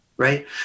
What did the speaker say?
right